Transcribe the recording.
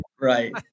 right